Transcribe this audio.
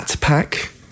Pack